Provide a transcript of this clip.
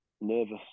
nervous